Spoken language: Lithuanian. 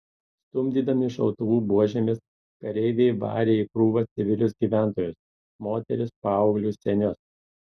stumdydami šautuvų buožėmis kareiviai varė į krūvą civilius gyventojus moteris paauglius senius